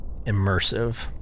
immersive